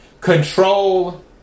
Control